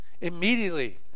immediately